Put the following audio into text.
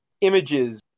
Images